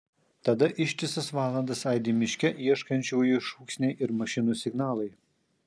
tada ištisas valandas aidi miške ieškančiųjų šūksniai ir mašinų signalai